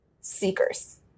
seekers